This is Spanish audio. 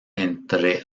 entre